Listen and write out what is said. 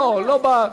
לא, לא,